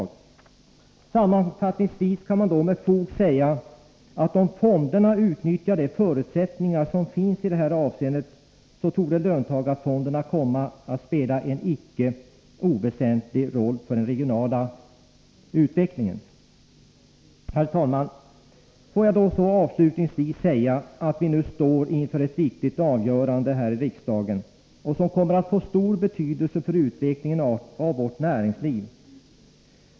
20 december 1983 Sammanfattningsvis kan man med fog säga att om fonderna utnyttjar de förutsättningar som finns i detta avseende så torde löntagarfonderna komma att spela en icke oväsentlig roll för den regionala utvecklingen. Herr talman! Får jag så avslutningsvis säga att vi nu här i riksdagen står inför ett viktigt avgörande, som kommer att få stor betydelse för utvecklingen av vårt näringsliv.